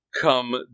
come